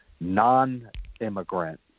non-immigrant